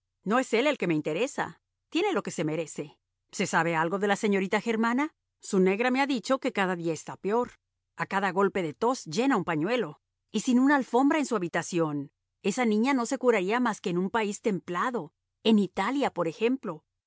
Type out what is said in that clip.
no es él el que me interesa tiene lo que se merece se sabe algo de la señorita germana su negra me ha dicho que cada día está peor a cada golpe de tos llena un pañuelo y sin una alfombra en su habitación esa niña no se curaría más que en un país templado en italia por ejemplo